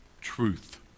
truth